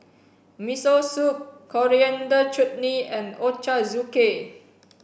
Miso Soup Coriander Chutney and Ochazuke